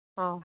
ꯑꯧ